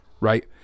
right